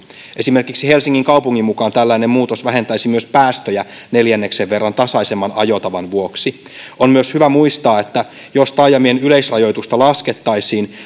esimerkiksi helsingin kaupungin mukaan tällainen muutos vähentäisi myös päästöjä neljänneksen verran tasaisemman ajotavan vuoksi on myös hyvä muistaa että jos taajamien yleisrajoitusta laskettaisiin